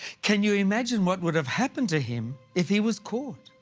can you imagine what would've happened to him if he was caught?